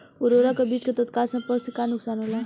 उर्वरक अ बीज के तत्काल संपर्क से का नुकसान होला?